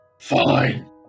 Fine